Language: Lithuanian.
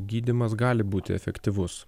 gydymas gali būti efektyvus